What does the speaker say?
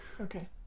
Okay